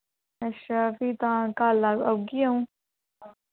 अच्छा फ्ही तां कल्ल ओह् औगी अ'ऊं